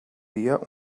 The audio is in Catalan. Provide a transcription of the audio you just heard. dia